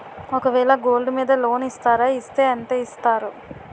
ఒక వేల గోల్డ్ మీద లోన్ ఇస్తారా? ఇస్తే ఎంత ఇస్తారు?